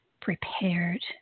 prepared